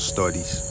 Studies